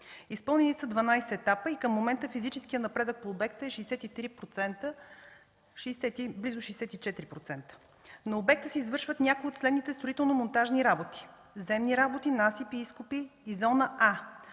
Изпълнени са 12 етапа и към момента физическият напредък на обекта е 63%, близо 64%. На обекта се извършват някои от следните строително-монтажни работи: земни работи – насипи, изкопи и зона А,